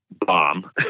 bomb